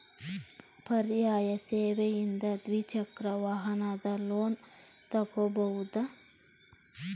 ಪರ್ಯಾಯ ಸೇವೆಯಿಂದ ದ್ವಿಚಕ್ರ ವಾಹನದ ಲೋನ್ ತಗೋಬಹುದಾ?